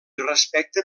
respecte